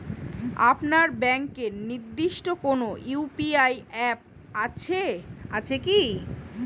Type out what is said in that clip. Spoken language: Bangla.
আপনার ব্যাংকের নির্দিষ্ট কোনো ইউ.পি.আই অ্যাপ আছে আছে কি?